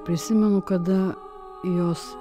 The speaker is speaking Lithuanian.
prisimenu kada jos